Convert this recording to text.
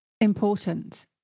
important